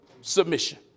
submission